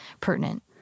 pertinent